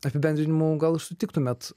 apibendrinimu gal ir sutiktumėt